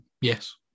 Yes